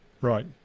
Right